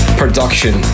production